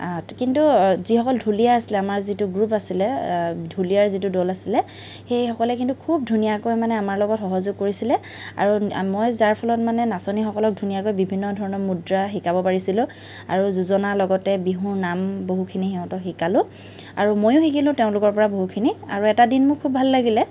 কিন্তু যিসকল ঢুলীয়া আছিলে আমাৰ যিটো গ্ৰুপ আছিলে ঢুলীয়াৰ যিটো দল আছিলে সেইসকলে কিন্তু খুব ধুনীয়াকৈ মানে আমাৰ লগত সহযোগ কৰিছিলে আৰু মই যাৰ ফলত মানে নাচনীসকলক ধুনীয়াকৈ বিভিন্ন ধৰণৰ মুদ্ৰা শিকাব পাৰিছিলোঁ আৰু যোজনাৰ লগতে বিহুৰ নাম বহুখিনি সিহঁতক শিকালোঁ আৰু মইয়ো শিকিলোঁ তেওঁলোকৰপৰা বহুখিনি আৰু এটা দিন মোৰ খুব ভাল লাগিলে